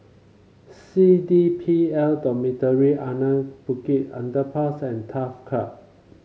C D P L Dormitory Anak Bukit Underpass and Turf Club